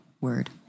Word